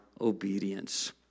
obedience